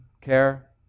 care